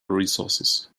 resources